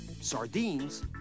sardines